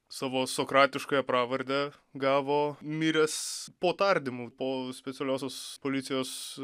savo sokratiškąją pravardę gavo miręs po tardymų po specialiosios policijos